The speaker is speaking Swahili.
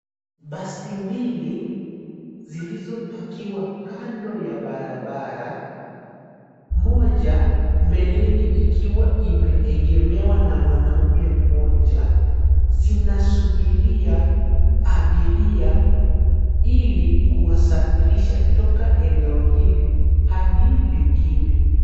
Basi mbili, zilizopakiwa kando ya barabara, moja, mbeleni ikiwa imeegemewa na mwanaume mmoja, zinasubiria abiria ili kuwasafirisha toka eneo hili hadi lingine.